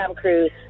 Cruise